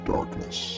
Darkness